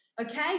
Okay